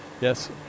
Yes